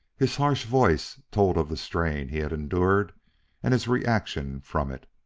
his harsh voice told of the strain he had endured and his reaction from it.